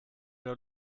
nur